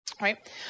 right